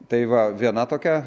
tai va viena tokia